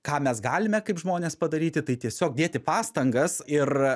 ką mes galime kaip žmonės padaryti tai tiesiog dėti pastangas ir